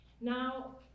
Now